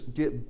get